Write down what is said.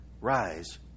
rise